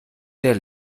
der